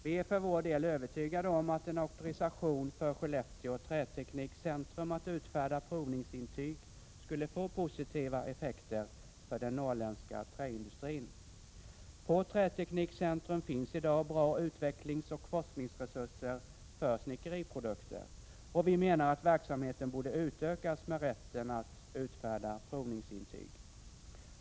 Vi är för vår del övertygade om att en auktorisation för Skellefteå Träteknikcentrum att utfärda provningsintyg skulle få positiva effekter för den norrländska trävaruindustrin. På Träteknikcentrum finns i dag bra utvecklingsoch forskningsresurser för snickeriprodukter, och vi menar att verksamheten borde utökas med rätten att utfärda provningsintyg.